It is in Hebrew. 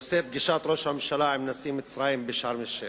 בנושא פגישת ראש הממשלה עם נשיא מצרים בשארם-א-שיח':